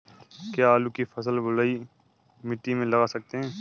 क्या आलू की फसल बलुई मिट्टी में लगा सकते हैं?